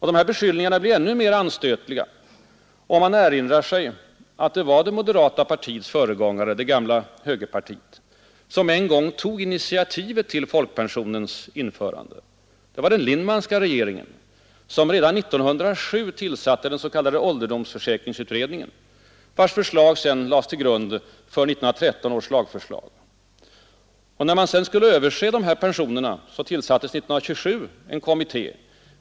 Men beskyllningarna blir ännu mer anstötliga, om man erinrar sig att det var det moderata partiets föregångare — det gamla högerpartiet som en gång tog initiativet till folkpensionens införande. Det var den Lindmanska regeringen som redan 1907 tillsatte den s.k. ålderdoms Nr 108 försäkringsutredningen, vars förslag sedan lades till grund för 1913 års Måndagen den lagförslag. När pensionerna sedan skulle ses över tillsattes 1927 en 4 juni 1973 kommitté.